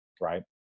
Right